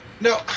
No